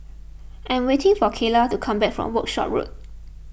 I am waiting for Kyla to come back from Workshop Road